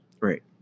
Right